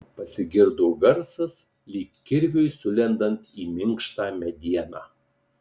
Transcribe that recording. pasigirdo garsas lyg kirviui sulendant į minkštą medieną